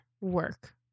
work